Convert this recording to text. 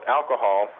alcohol